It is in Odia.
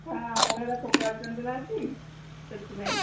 ସାର୍ ଆମର ଏଗୁଡା ଫୋପାଡ଼ୁଛନ୍ତି ନା ଏଇଠି ସେଥିପାଇଁ